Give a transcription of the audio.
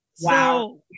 Wow